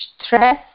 stress